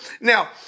now